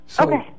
Okay